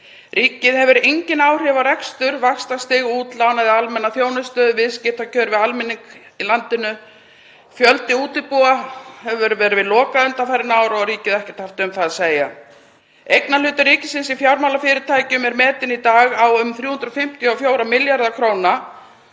Ríkið hefur engin áhrif á rekstur, vaxtastig, útlán eða almenna þjónustu, viðskiptakjör við almenning í landinu. Fjöldi útibúa hefur verið lokað undanfarin ár og ríkið ekkert haft um það að segja. Eignarhluti ríkisins í fjármálafyrirtækjum er metinn í dag á um 354 milljarða kr.